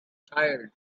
tired